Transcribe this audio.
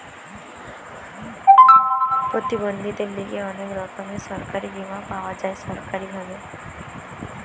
প্রতিবন্ধীদের লিগে অনেক রকমের সরকারি বীমা পাওয়া যায় সরকারি ভাবে